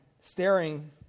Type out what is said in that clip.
staring